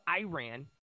Iran